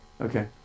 Okay